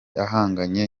ahanganye